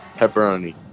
pepperoni